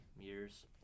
years